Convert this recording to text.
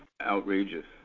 outrageous